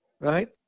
right